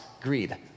greed